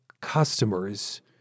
customers